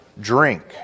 drink